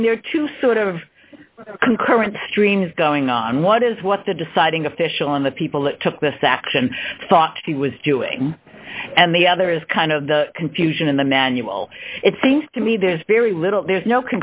mean there are two sort of concurrent streams going on one is what the deciding official in the people that took this action thought he was doing and the other is kind of the confusion in the manual it seems to me there's very little there's no